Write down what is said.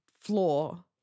floor